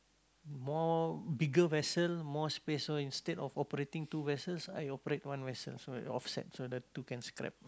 more bigger vessel more space so instead of operating two vessels I operate one vessel so it offsets so the two can scrap